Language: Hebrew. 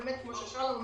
כמו ששלום אמר,